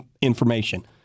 information